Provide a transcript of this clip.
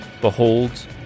Behold